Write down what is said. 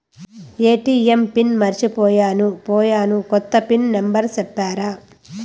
ATM pin మర్చిపోయాను పోయాను, కొత్త పిన్ నెంబర్ సెప్తారా?